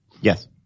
Yes